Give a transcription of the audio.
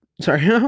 Sorry